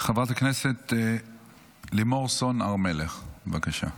חברת הכנסת לימור סון הר מלך, בבקשה.